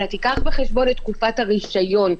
אלא תיקח בחשבון את תקופת הרישיון,